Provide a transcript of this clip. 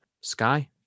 Sky